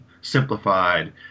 simplified